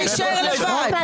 אתה רוצה להישאר לבד.